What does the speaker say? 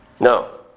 No